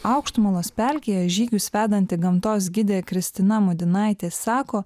aukštumalos pelkėje žygius vedanti gamtos gidė kristina mudinaitė sako